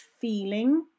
feeling